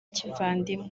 kivandimwe